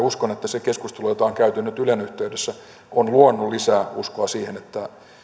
uskon että se keskustelu jota on on käyty nyt ylen yhteydessä on luonut lisää uskoa siihen että